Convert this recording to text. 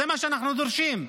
זה מה שאנחנו דורשים.